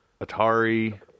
Atari